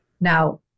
Now